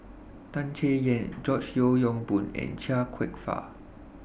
Tan Chay Yan George Yeo Yong Boon and Chia Kwek Fah